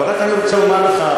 אבל רק אני רוצה לומר לך,